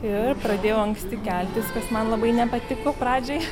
ir pradėjau anksti keltis kas man labai nepatiko pradžiai